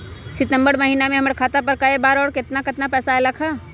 सितम्बर महीना में हमर खाता पर कय बार बार और केतना केतना पैसा अयलक ह?